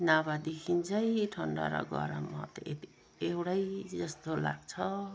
नभएदेखि चाहिँ ठन्डा र गरम म त एउटै जस्तो लाग्छ